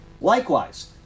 Likewise